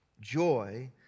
Joy